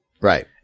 Right